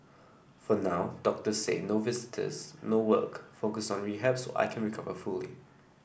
for now doctors say no visitors no work focus on rehab so I can recover fully